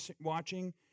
watching